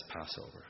Passover